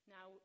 Now